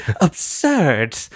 absurd